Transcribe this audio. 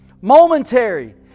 momentary